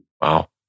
Wow